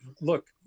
look